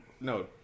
no